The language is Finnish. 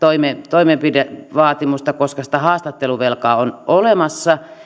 toimenpidevaatimusta koska sitä haastatteluvelkaa on olemassa